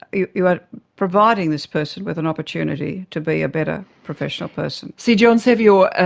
you you are providing this person with an opportunity to be a better professional person. see, john sevior,